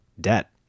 debt